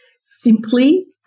simply